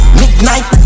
midnight